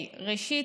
ראשית,